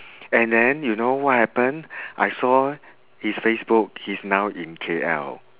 and then you know what happen I saw his facebook he's now in K_L